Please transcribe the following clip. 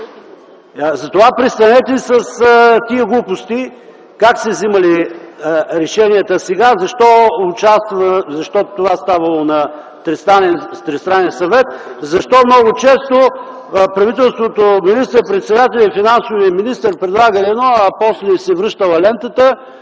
Затова престанете с тези глупости как се взимали решенията сега, защо това ставало на тристранен съвет, защо много често правителството, министър-председателят и финансовият министър предлагали едно, а после се връщала лентата,